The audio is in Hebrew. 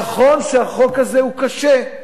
נכון שהחוק הזה הוא קשה.